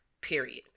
period